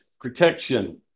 Protection